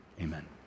amen